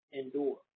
endure